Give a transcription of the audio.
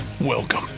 Welcome